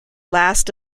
last